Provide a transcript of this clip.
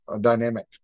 dynamic